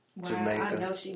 Jamaica